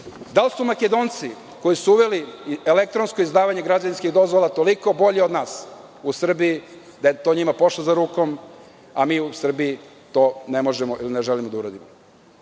Da li su Makedonci koji su uveli elektronsko izdavanje građevinske dozvole toliko bolji od nas u Srbiji, da je to njima pošlo za rukom, a mi to u Srbiji ne možemo ili ne želimo da uradimo.